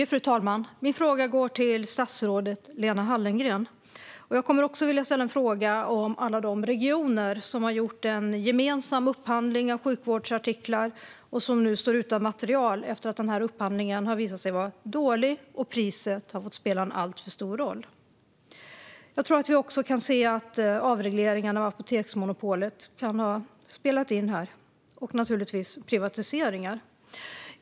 Fru talman! Min fråga går till statsrådet Lena Hallengren. Också jag kommer att ställa en fråga om alla de regioner som har gjort en gemensam upphandling av sjukvårdsartiklar och som nu står utan materiel. Upphandlingen har visat sig vara dålig, och priset har fått spela en alltför stor roll. Jag tror att vi också kan se att avregleringen av apoteksmonopolet kan ha spelat in här. Det gäller naturligtvis även privatiseringar.